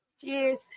cheers